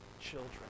children